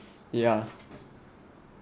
yeah